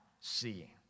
seeing